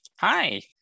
Hi